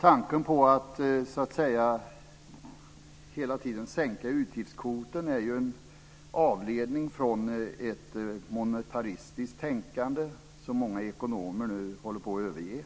Tanken på att hela tiden sänka utgiftskvoten är ju en avledning från ett monetaristiskt tänkande, som många ekonomer nu håller på att överge,